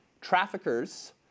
traffickers